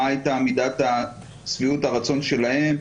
מה הייתה מידת שביעות הרצון שלהם,